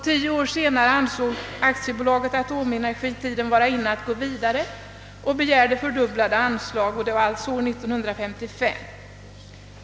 Tio år senare ansåg AB Atomenergi tiden vara inne att gå vidare på detta område och begärde fördubblade anslag. Detta skedde alltså år 1955.